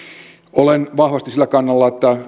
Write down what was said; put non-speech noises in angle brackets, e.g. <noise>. olen vahvasti sillä kannalla että <unintelligible>